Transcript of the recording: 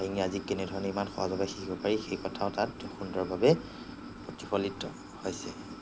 ইংৰাজী কেনেধৰণে ইমান সহজভাৱে শিকিব পাৰি সেই কথাও তাত সুন্দৰভাৱে প্ৰতিফলিত হৈছে